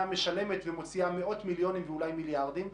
משלמת ומוציאה מאות מיליונים ואולי מיליארדים,